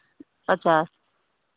पचास